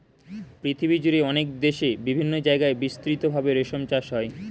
পৃথিবীজুড়ে অনেক দেশে বিভিন্ন জায়গায় বিস্তৃত ভাবে রেশম চাষ হয়